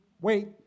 wait